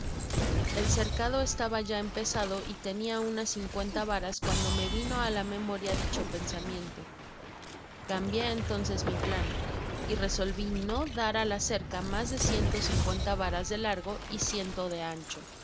el cercado estaba ya empezado y tenia unas cincuenta varas cuando me vino á la memoria dicho pensamiento cambié entonces mi plan y resolvi no dar á la cerca mas de ciento cincuenta varas de larga y ciento de ancho